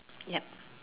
ya